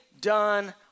done